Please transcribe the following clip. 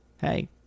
hey